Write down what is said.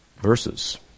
verses